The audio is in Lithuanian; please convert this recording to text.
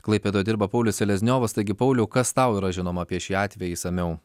klaipėdoj dirba paulius selezniovas taigi pauliau kas tau yra žinoma apie šį atvejį išsamiau